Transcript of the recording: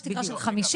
יש תקרה של 50,000,